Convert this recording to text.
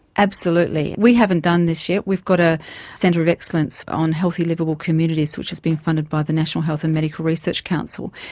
absolutely. we haven't done this yet. we've got a centre of excellence on healthy liveable communities which has been funded by the national health and medical research council,